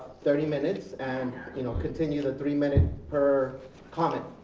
thirty minutes and you know continue the three minutes per comment.